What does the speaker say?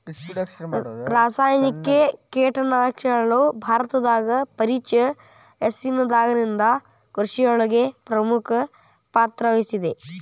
ರಾಸಾಯನಿಕ ಕೇಟನಾಶಕಗಳು ಭಾರತದಾಗ ಪರಿಚಯಸಿದಾಗನಿಂದ್ ಕೃಷಿಯೊಳಗ್ ಪ್ರಮುಖ ಪಾತ್ರವಹಿಸಿದೆ